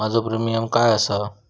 माझो प्रीमियम काय आसा?